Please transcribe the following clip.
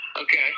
Okay